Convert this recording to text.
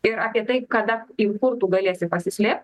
ir apie tai kada ir kur tu galėsi pasislėpt